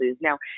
Now